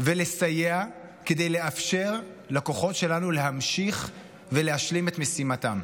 ולסייע כדי לאפשר לכוחות שלנו להמשיך ולהשלים את משימתם.